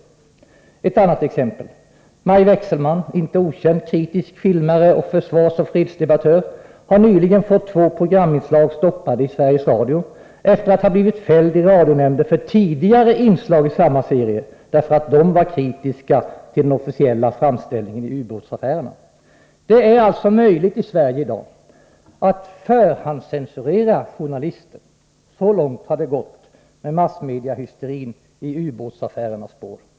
Ett annat exempel är Maj Wechselmann, inte okänd kritisk filmare och försvarsoch fredsdebattör, som nyligen har fått två programinslag stoppade i Sveriges Radio. Detta skedde efter att hon hade blivit fälld i radionämnden för tidigare inslag i samma serie. Orsaken var att inslagen var kritiska mot den officiella framställningen i ubåtsaffärerna. Det är alltså möjligt att förhandscensurera journalister i Sverige i dag. Så långt har det gått med massmediahysterin i ubåtsaffärernas spår.